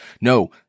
No